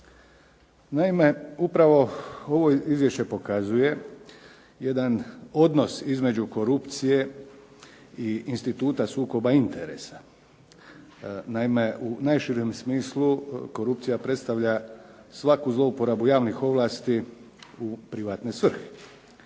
Naime, upravo ovo izvješće pokazuje jedan odnos između korupcije i instituta sukoba interesa. Naime, u najširem smislu korupcija predstavlja svaku zlouporabu javnih ovlasti u privatne svrhe.